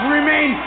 remain